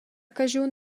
caschun